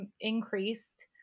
increased